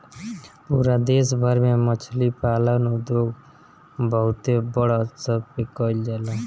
पूरा देश भर में मछरी पालन उद्योग बहुते बड़ स्तर पे कईल जाला